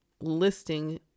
listing